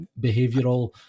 behavioral